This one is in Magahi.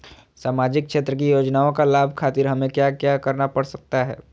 सामाजिक क्षेत्र की योजनाओं का लाभ खातिर हमें क्या क्या करना पड़ सकता है?